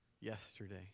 yesterday